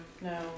No